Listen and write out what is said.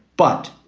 but.